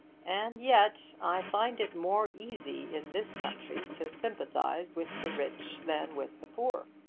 and yet i find it more easy in this country to sympathise with the rich than with the poor.